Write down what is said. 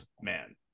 Man